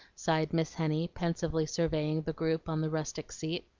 sighed miss henny, pensively surveying the group on the rustic seat.